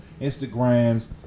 Instagrams